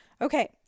Okay